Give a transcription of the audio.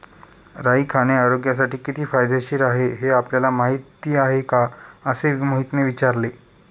राई खाणे आरोग्यासाठी किती फायदेशीर आहे हे आपल्याला माहिती आहे का? असे मोहितने विचारले